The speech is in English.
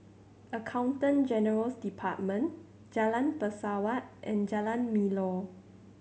Accountant General's Department Jalan Pesawat and Jalan Melor